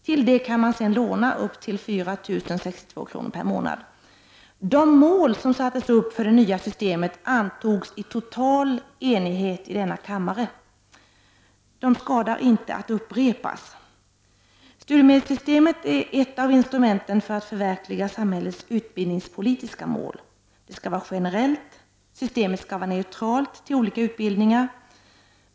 Till detta kan man låna upp till 4 062 kr. per månad. De mål som sattes upp för det nya systemet antogs i total enighet. De skadar inte att upprepas: Studiemedelssystemet är ett av instrumenten för att förverkliga samhällets utbildningspolitiska mål. Det skall vara generellt. Systemet skall vara neu tralt till olika utbildningar.